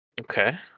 Okay